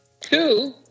Two